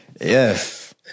Yes